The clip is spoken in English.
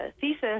thesis